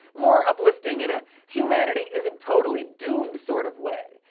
more uplifting in a humanity isn't totally doomed sort of way.